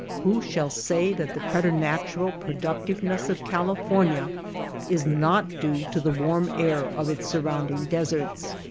who shall say that the preternatural productiveness of california is not due to the warm air of its surrounding des erts?